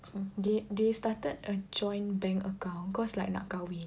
they they started a joint bank account cause like nak kahwin